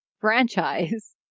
franchise